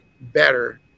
better